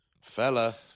Fella